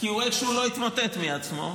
כי הוא איכשהו לא יתמוטט מעצמו,